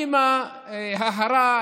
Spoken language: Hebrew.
האימא ההרה,